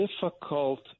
difficult